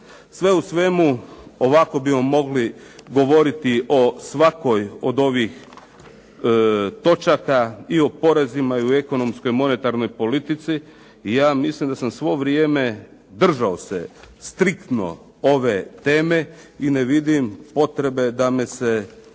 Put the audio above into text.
Sve u svemu ovako bi vam mogli govoriti o svakoj od ovih točaka, i o porezima i o ekonomskoj monetarnoj politici, i ja mislim da sam svo vrijeme držao se striktno ove teme, i ne vidim potrebe da me se